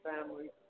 family